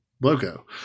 logo